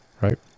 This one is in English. right